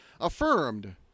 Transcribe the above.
Affirmed